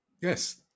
Yes